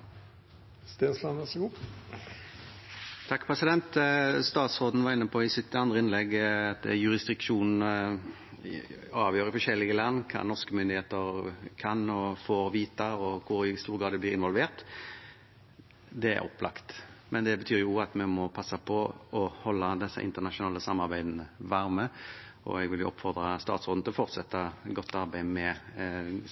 på ein så brutal måte som drap er, anten det skjer i Noreg eller i utlandet. Statsråden var i sitt andre innlegg inne på at jurisdiksjon i forskjellige land avgjør hva norske myndigheter kan få vite, og får vite, og i hvor stor grad de blir involvert. Det er opplagt, men det betyr også at vi må passe på å holde disse internasjonale samarbeidene varme. Jeg vil oppfordre statsråden til å fortsette det gode